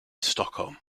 stockholm